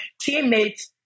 teammates